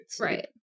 Right